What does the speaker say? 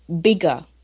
bigger